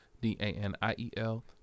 d-a-n-i-e-l